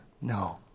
No